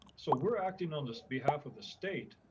so we're acting on this behalf of the state,